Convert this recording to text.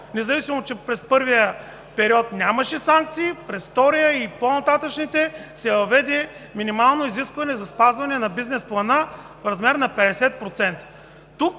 независимо че през първия период нямаше санкции, през втория и по-нататъшните се въведе минимално изискване за спазване на бизнес плана в размер на 50%. Тук